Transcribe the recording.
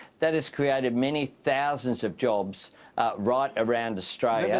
that has created many thousands of jobs right around australia.